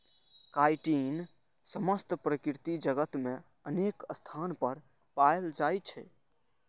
chitin समस्त प्रकृति जगत मे अनेक स्थान पर पाएल जाइ छै